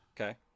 Okay